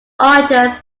archers